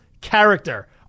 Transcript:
character